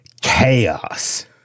chaos